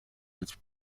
als